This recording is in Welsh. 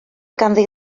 ganddi